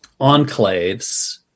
enclaves